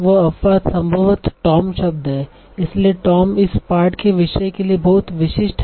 वह अपवाद संभवतः टॉम शब्द है इसलिए टॉम इस पाठ के विषय के लिए बहुत विशिष्ट है